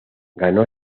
ganó